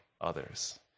others